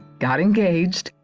got engaged,